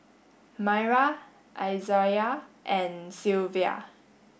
Myra Izaiah and Sylvia